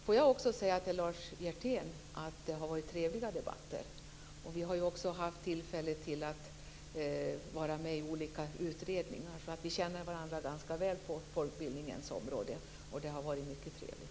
Jag vill också säga till Lars Hjertén att det har varit trevliga debatter. Vi har också haft tillfälle att vara med i olika utredningar, så vi känner varandra ganska väl på folkbildningens område. Det har varit mycket trevligt.